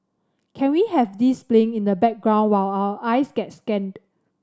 can we have this playing in the background while our eyes get scanned